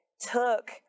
took